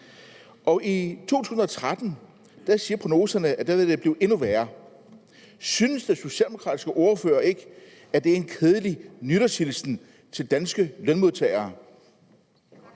for 2013 siger, at der vil det blive endnu værre. Synes den socialdemokratiske ordfører ikke, at det er en kedelig nytårshilsen til de danske lønmodtagere?